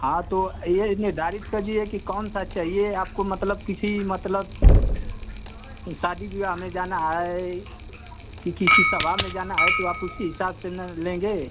हाँ तो ये निर्धारित करिए कि कौन सा चाहिए आपको मतलब किसी मतलब शादी विवाह में जाना है कि किसी सभा में जाना है तो आप उसी हिसाब से ना लेंगे